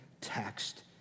text